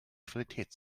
qualität